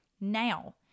Now